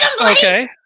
okay